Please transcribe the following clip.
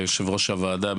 ליושב ראש הוועדה,